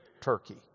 Turkey